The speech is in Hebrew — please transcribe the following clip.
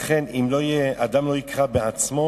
לכן, אם אדם לא יקרא בעצמו